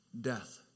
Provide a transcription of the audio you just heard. Death